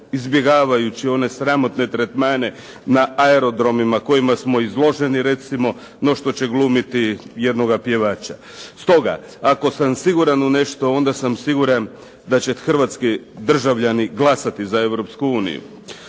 izbjegavajući one sramotne tretmane na aerodromima kojima smo izloženi recimo, no što će glumiti jednoga pjevača. Stoga, ako sam siguran u nešto onda sam siguran da će hrvatski državljani glasati za